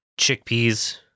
chickpeas